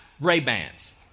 Ray-Bans